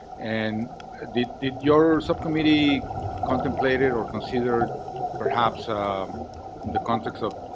and did did your subcommittee contemplated or considered perhaps ah um and the context of,